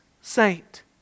saint